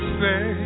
say